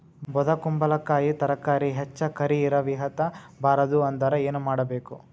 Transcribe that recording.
ಬೊದಕುಂಬಲಕಾಯಿ ತರಕಾರಿ ಹೆಚ್ಚ ಕರಿ ಇರವಿಹತ ಬಾರದು ಅಂದರ ಏನ ಮಾಡಬೇಕು?